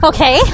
Okay